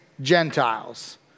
Gentiles